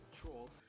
control